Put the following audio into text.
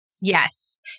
Yes